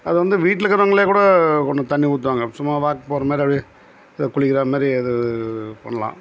அது வந்து வீட்டில் இருக்கிறவங்களே கூட கொண்டு தண்ணி ஊற்றுவாங்க சும்மா வாக் போகிற மாதிரி அப்பிடியே எதா குளிக்கிறா மாரி இது பண்ணலாம்